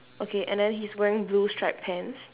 okay and then he's wearing blue stripe pants